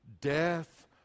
death